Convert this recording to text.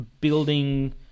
building